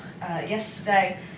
yesterday